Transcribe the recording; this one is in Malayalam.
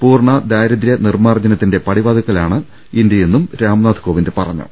പൂർണ്ണ ദാരിദൃനിർമ്മാർജ്ജനത്തിന്റെ പടിവാതിൽക്കലാണ് ഇന്ത്യയെന്നും രാംനാഥ് കോവിന്ദ് പറഞ്ഞു